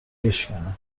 بشکنه